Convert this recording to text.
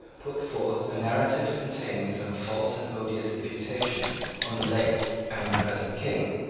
put forth a narrative containing some false and odious imputations on the late and on the present king.